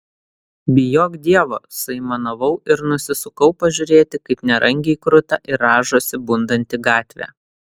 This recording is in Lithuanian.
bijok dievo suaimanavau ir nusisukau pažiūrėti kaip nerangiai kruta ir rąžosi bundanti gatvė